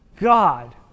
God